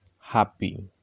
happy